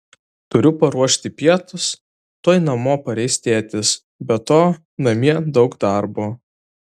turiu paruošti pietus tuoj namo pareis tėtis be to namie daug darbo